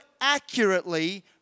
accurately